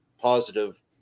positive